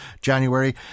January